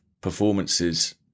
performances